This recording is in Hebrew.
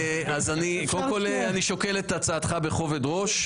קודם כול אני שוקל את הצעתך בכובד ראש.